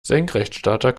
senkrechtstarter